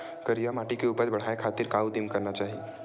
करिया माटी के उपज बढ़ाये खातिर का उदिम करना चाही?